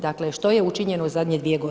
Dakle što je učinjeno u zadnje 2 g.